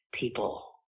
people